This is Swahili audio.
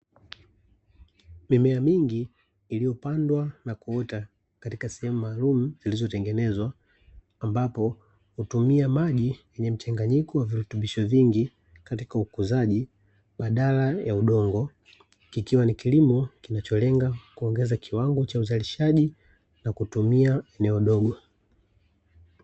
Mimea mingi, iliyopandwa na kuota katika sehemu maalum zilizotengenezwa, ambapo hutumia maji yenye mchanganyiko wa virutubisho vingi katika ukuzaji badala ya udongo, kikiwa ni kilimo kinacholenga kuongeza kiwango cha uzalishaji kwa kutumia eneo dogo.